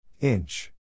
Inch